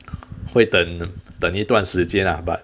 会等等一段时间 lah but